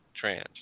trans